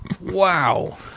wow